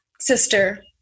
Sister